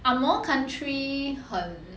ang moh country 很